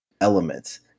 elements